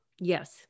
Yes